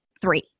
three